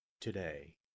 today